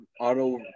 auto